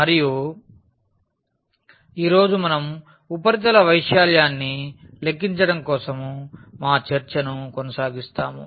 మరియు ఈ రోజు మనం ఉపరితల వైశాల్యాన్ని లెక్కించడం కోసం మా చర్చను కొనసాగిస్తాము